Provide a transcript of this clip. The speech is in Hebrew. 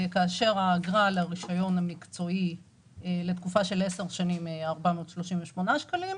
כאשר האגרה לרישיון המקצועי לתקופה של 10 שנים היא 438 שקלים.